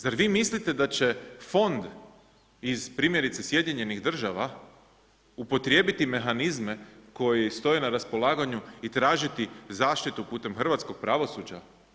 Zar vi mislite da će fond iz primjerice SAD-a upotrijebiti mehanizme koji stoje na raspolaganju i tražiti zaštitu putem hrvatskog pravosuđa?